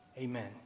Amen